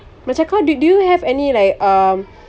macam kau do do you have any like um